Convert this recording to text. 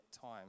time